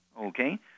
Okay